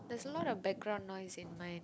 there's a lot of background noise in my